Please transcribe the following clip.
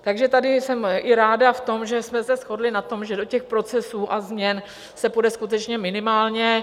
Takže tady jsem i ráda v tom, že jsme se shodli na tom, že do těch procesů změn a se půjde skutečně minimálně.